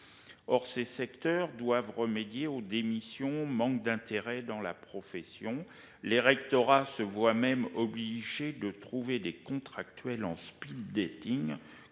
Or ces secteurs doivent remédier aux démissions manque d'intérêt dans la profession, les rectorats se voit même obligé de trouver des contractuelles en speed dating,